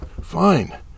Fine